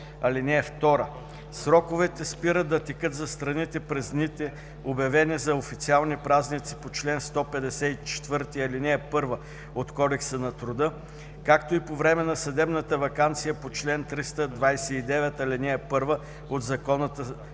ал. 2: „(2) Сроковете спират да текат за страните през дните, обявени за официални празници по чл. 154, ал. 1 от Кодекса на труда, както и по време на съдебната ваканция по чл. 329, ал. 1 от Закона за